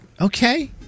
okay